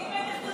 האם ההתאחדות